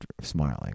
smiling